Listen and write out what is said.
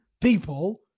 people